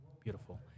beautiful